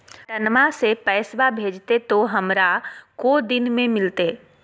पटनमा से पैसबा भेजते तो हमारा को दिन मे मिलते?